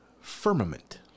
firmament